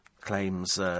claims